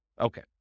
Okay